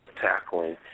tackling